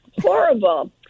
horrible